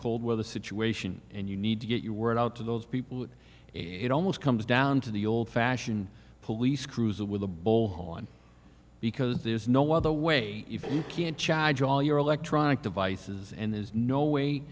cold weather situation and you need to get your word out to those people it almost comes down to the old fashioned police cruiser with a bowl on because there's no other way if you can charge all your electronic devices and there's no way